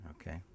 okay